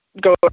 go